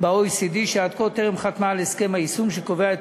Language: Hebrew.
ב-OECD שעד כה טרם חתמה על הסכם היישום שקובע את